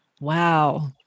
Wow